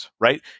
right